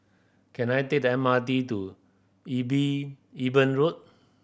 can I take the M R T to Eben Road